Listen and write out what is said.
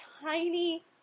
tiny